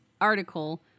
article